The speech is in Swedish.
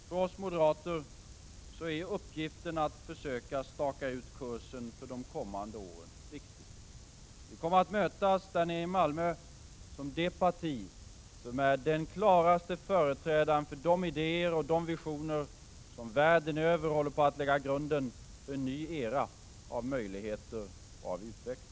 För oss moderater är uppgiften att försöka staka ut kursen för de kommande åren viktig. Vi kommer att mötas där nere i Malmö som det parti som är den klaraste företrädaren för de idéer och de visioner som världen över håller på att lägga grunden för en ny era av möjligheter och utveckling.